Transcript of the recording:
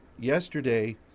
yesterday